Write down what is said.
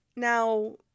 Now